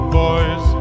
boys